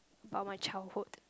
about my childhood